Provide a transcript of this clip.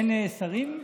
אין שרים?